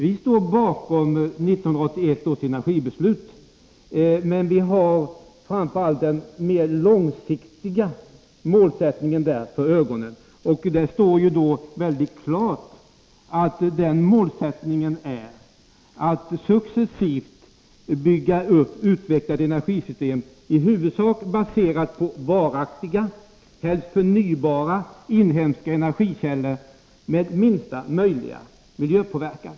Vi står bakom 1981 års energibeslut, men vi har då framför allt den mera långsiktiga målsättningen för ögonen. Den målsättningen är att successivt utveckla ett energisystem, i huvudsak baserat på varaktiga, helst förnybara inhemska energikällor med minsta möjliga miljöpåverkan.